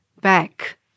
back